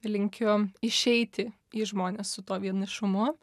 linkiu išeiti į žmones su tuo vienišumu